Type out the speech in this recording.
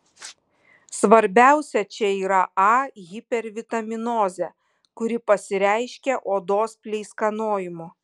svarbiausia čia yra a hipervitaminozė kuri pasireiškia odos pleiskanojimu